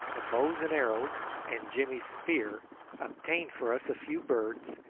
the bows and arrows and jimmy's spear obtained for us a few birds,